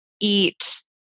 eat